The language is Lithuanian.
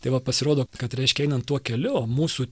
tai va pasirodo kad reiškia einant tuo keliu mūsų